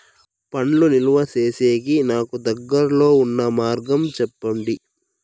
పండ్లు నిలువ సేసేకి నాకు దగ్గర్లో ఉన్న మార్గం చెప్పండి?